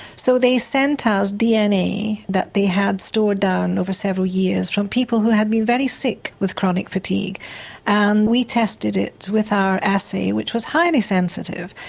so they sent ah us dna that they had stored down over several years from people who had been very sick with chronic fatigue and we tested it with our assay which was highly sensitive,